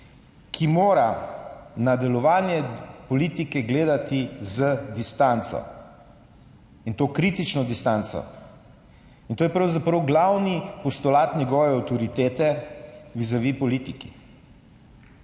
ki mora na delovanje politike gledati z distanco, in to kritično distanco. To je pravzaprav glavni postulat njegove avtoritete vizavi politiki.